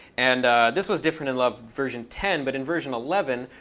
and this was different in love version ten. but in version eleven,